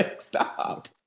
stop